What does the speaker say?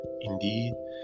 Indeed